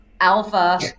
Alpha